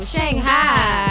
Shanghai